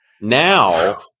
Now